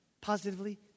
Positively